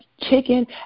chicken